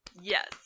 Yes